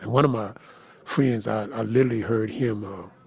one of my friends, i ah literally heard him um